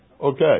Okay